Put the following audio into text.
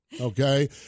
Okay